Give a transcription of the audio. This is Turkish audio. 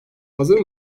hazır